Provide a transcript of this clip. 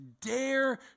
dare